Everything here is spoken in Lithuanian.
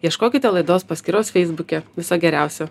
ieškokite laidos paskyros feisbuke viso geriausio